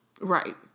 Right